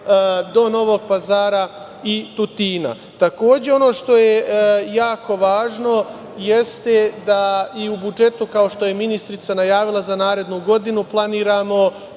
do Novog Pazara i Tutina? Takođe, ono što je jako važno, jeste da i u budžetu, kao što je ministrica i najavila, za narednu godinu planiramo